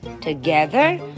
together